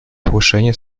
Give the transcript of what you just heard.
повышения